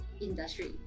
Industry